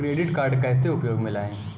Credit card कैसे उपयोग में लाएँ?